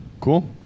cool